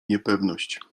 niepewność